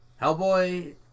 Hellboy